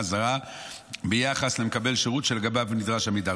זרה ביחס למקבל שירות שלגביו נדרש המידע.